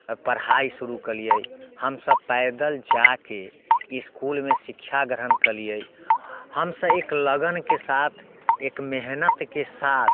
पढ़ाइ शुरू कयलियै हमसब पैदल जाके इसकुलमे शिक्षा ग्रहण कयलियै हमसब एक लगन के साथ एक मेहनतके साथ